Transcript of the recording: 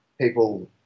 people